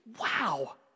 wow